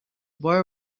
boy